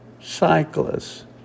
cyclists